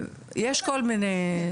יש כל מיני סוגים.